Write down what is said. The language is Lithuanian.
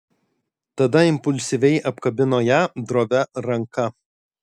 tada impulsyviai apkabino ją drovia ranka